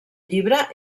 llibre